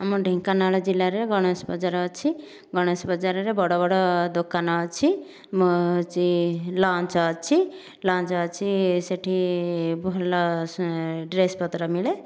ଆମ ଢେଙ୍କାନାଳ ଜିଲ୍ଲାରେ ଗଣେଶ ବଜାର ଅଛି ଗଣେଶ ବଜାରରେ ବଡ଼ ବଡ଼ ଦୋକାନ ଅଛି ହେଉଛି ଲଞ୍ଚ ଅଛି ଲଞ୍ଚ ଅଛି ସେ'ଠି ଭଲ ଡ୍ରେସ ପତ୍ର ମିଳେ